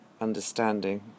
understanding